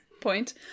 point